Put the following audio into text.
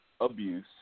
abuse